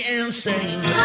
insane